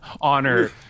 honor